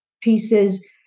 pieces